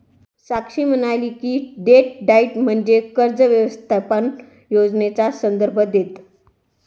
साक्षी म्हणाली की, debt diet म्हणजे कर्ज व्यवस्थापन योजनेचा संदर्भ देतं